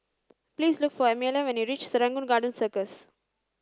please look for Amelia when you reach Serangoon Garden Circus